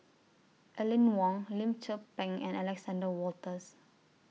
Aline Wong Lim Tze Peng and Alexander Wolters